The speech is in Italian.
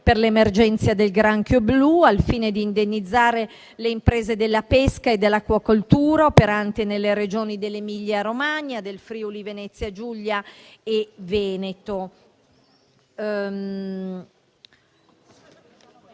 per l'emergenza del granchio blu, al fine di indennizzare le imprese della pesca e dell'acquacoltura operanti nelle Regioni dell'Emilia Romagna, del Friuli-Venezia Giulia e del Veneto